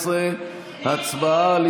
14. הצבעה על